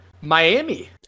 miami